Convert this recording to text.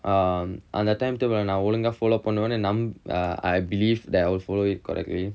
um அந்த:antha timetable ah நா ஒழுங்கா:naa olungaa follow பண்ணுவேன்னு நம்:pannuvaennu nam I believe that will follow it correctly